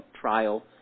trial